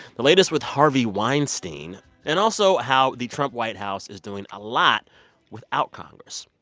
the latest with harvey weinstein and also how the trump white house is doing a lot without congress.